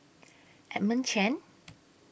Edmund Chen